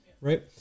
right